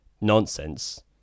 nonsense